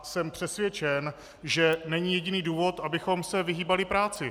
Jsem přesvědčen, že není jediný důvod, abychom se vyhýbali práci.